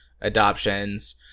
adoptions